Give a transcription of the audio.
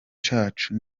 cacu